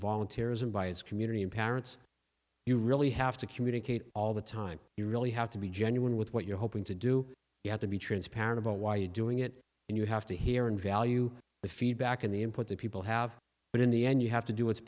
volunteerism by its community and parents you really have to communicate all the time you really have to be genuine with what you're hoping to do you have to be transparent about why you're doing it and you have to hear and value the feedback and the input that people have but in the end you have to do what's